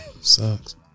sucks